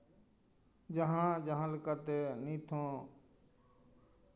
ᱡᱟᱦᱟᱸ ᱡᱟᱦᱟᱸ ᱞᱮᱠᱟᱛᱮ ᱱᱤᱛᱦᱚᱸ